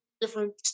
different